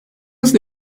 nasıl